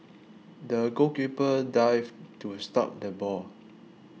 the goalkeeper dived to stop the ball